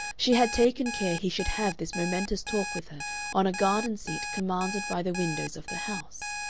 she had taken care he should have this momentous talk with her on a garden-seat commanded by the windows of the house.